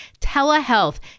Telehealth